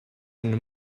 eine